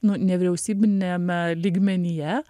nu ne vyriausybiniame lygmenyje